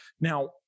Now